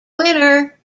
winner